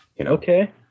Okay